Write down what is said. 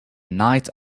night